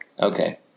Okay